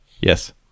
Yes